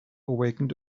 awakened